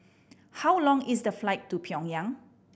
how long is the flight to Pyongyang